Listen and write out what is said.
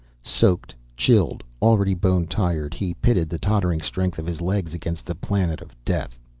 soaked, chilled, already bone-tired, he pitted the tottering strength of his legs against the planet of death.